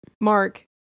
Mark